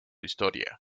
historia